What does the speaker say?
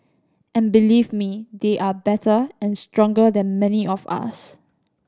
and believe me they are better and stronger than many of us